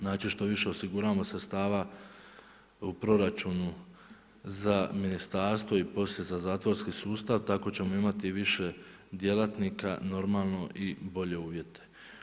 Znači što više osiguravamo sredstava u proračunu za ministarstvo i poslije za zatvorski sustav, tako ćemo imati i više djelatnika normalno i bolje uvjete.